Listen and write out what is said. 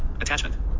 attachment